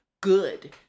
good